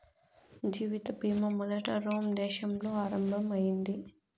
జీవిత బీమా మొదట రోమ్ దేశంలో ఆరంభం అయింది